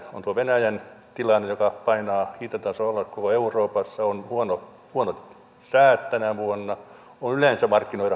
on tuo venäjän tilanne joka painaa hintatasoa alas koko euroopassa on huonot säät tänä vuonna on yleensä markkinoiden halpuuttaminen